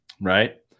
Right